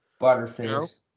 Butterface